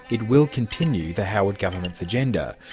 it will continue the howard government's agenda,